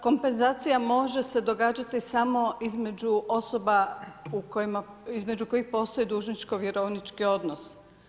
Kompenzacija može se događati samo između osoba između kojih postoji dužničko vjerovnički odnos.